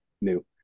new